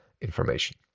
information